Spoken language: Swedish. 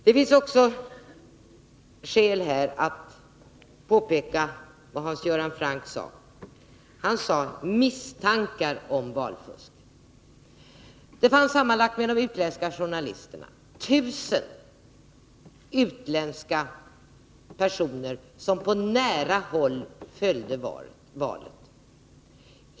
Det finns också skäl att peka på vad Hans Göran Franck sade om misstankar om valfusk. Det fanns, sammantaget med de utländska journalisterna, 1000 utlänningar som på nära håll följde valet.